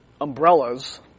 umbrellas